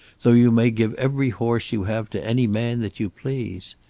though you may give every horse you have to any man that you please.